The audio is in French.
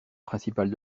principales